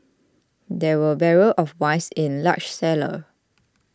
there were barrels of wines in large cellar